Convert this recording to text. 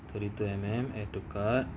thirty two mm add to cart